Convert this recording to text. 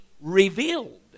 revealed